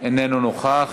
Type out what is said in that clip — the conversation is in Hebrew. איננו נוכח.